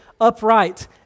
upright